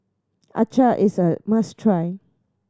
Acar is a must try